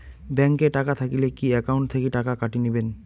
Bank এ টাকা থাকিলে কি একাউন্ট থাকি টাকা কাটি নিবেন?